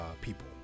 people